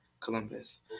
Columbus